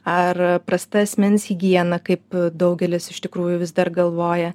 ar prasta asmens higiena kaip daugelis iš tikrųjų vis dar galvoja